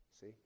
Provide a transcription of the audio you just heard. see